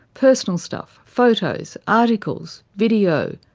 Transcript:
personal stuff, photos, articles, video,